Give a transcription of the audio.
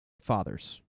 father's